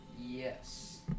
Yes